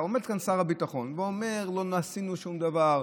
עומד פה שר הביטחון ואומר: לא עשינו שום דבר,